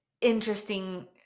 interesting